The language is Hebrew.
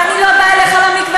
ואני לא באה אליך למקווה,